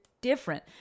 different